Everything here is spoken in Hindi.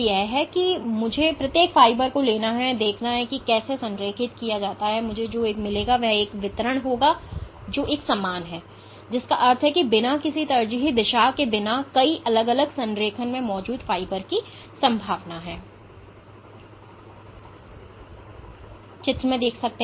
इसलिए यदि मुझे प्रत्येक फाइबर को लेना है और यह देखना है कि इसे कैसे संरेखित किया जाता है तो मुझे जो मिलेगा वह एक वितरण है जो एक समान है जिसका अर्थ है कि बिना किसी तरजीही दिशा के बिना कई अलग अलग संरेखण में मौजूद फाइबर की संभावना है